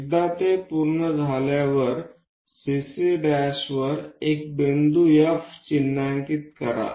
एकदा ते पूर्ण झाल्यावर CC' वर एक बिंदू F चिन्हांकित करा